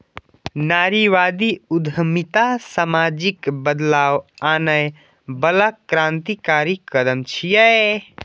नारीवादी उद्यमिता सामाजिक बदलाव आनै बला क्रांतिकारी कदम छियै